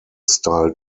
style